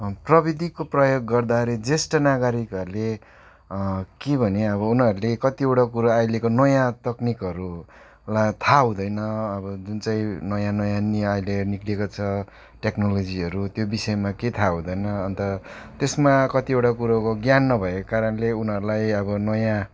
प्रविधिको प्रयोग गर्दाखेरि ज्येष्ठ नागरिकहरूले के भने अब उनीहरूले कतिवटा कुरा अहिलेको नयाँ तकनिकहरूलाई थाहा हुँदैन अब जुन चाहिँ नयाँ नयाँ नै अहिले निस्केको छ टेक्नोलोजीहरू त्यो विषयमा केही थाहा हुँदैन अन्त त्यसमा कतिवटा कुरोको ज्ञान नभएको कारणले उनीहरूलाई अब नयाँ